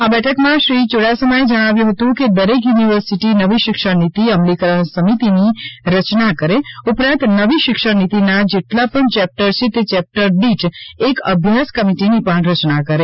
આ બેઠકમાં શ્રી યુડાસમાએ જણાવ્યું હતું કે દરેક યુનિવર્સિટી નવી શિક્ષણ નીતિ અમલીકરણ સમિતિની રચના કરે ઉપરાંત નવી શિક્ષણ નીતિના જેટલા પણ ચેપ્ટર છે તે ચેપ્ટર દીઠ એક અભ્યાસ કમિટીની પણ રચના કરે